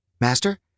Master